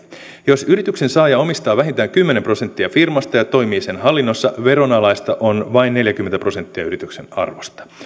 jos yrityksen saaja omistaa vähintään kymmenen prosenttia firmasta ja toimii sen hallinnossa veronalaista on vain neljäkymmentä prosenttia yrityksen arvosta